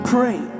Pray